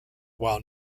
while